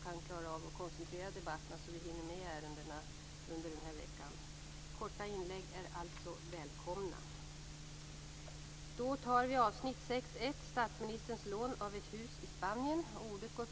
Kammarens tidsprogram för resten av veckan är mycket ansträngt, och det är därför angeläget att alla möjligheter att koncentrera debatten tillvaratas.